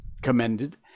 commended